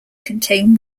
contain